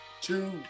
Two